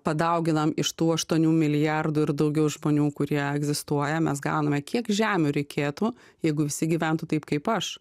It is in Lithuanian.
padauginam iš tų aštuonių milijardų ir daugiau žmonių kurie egzistuoja mes gauname kiek žemių reikėtų jeigu visi gyventų taip kaip aš